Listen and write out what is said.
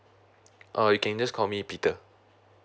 ah you can just call me peter